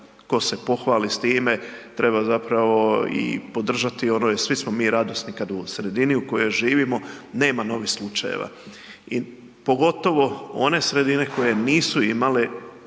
tko se pohvali s time, treba zapravo i podržati ono jer svi smo mi radosni kad u sredini u kojoj živimo nema novih slučajeva. I pogotovo one sredine koje nisu imale